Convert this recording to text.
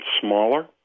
smaller